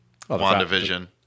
WandaVision